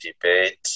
debate